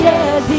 Yes